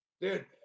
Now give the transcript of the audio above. dude